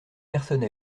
personne